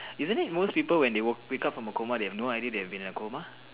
isn't it most people when they woke wake up from a coma they have no idea they have been in a coma